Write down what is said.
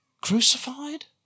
Crucified